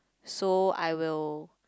so I will